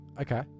Okay